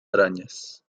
arañas